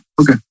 okay